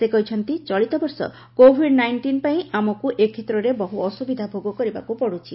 ସେ କହିଛନ୍ତି ଚଳିତବର୍ଷ କୋଭିଡ୍ ନାଇଷ୍ଟିନ୍ ପାଇଁ ଆମକୁ ଏ କ୍ଷେତ୍ରରେ ବହୁ ଅସୁବିଧା ଭୋଗକରିବାକୁ ପଡୁଛି